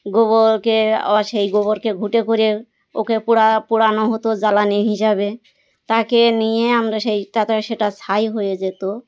গোবরকে আবার সেই গোবরকে ঘুঁটে করে ওকে পোড়া পোড়ানো হতো জ্বালানি হিসাবে তাকে নিয়ে আমরা সেই তারপর সেটা ছাই হয়ে যেত